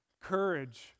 courage